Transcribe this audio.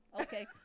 Okay